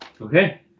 Okay